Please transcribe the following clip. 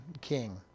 king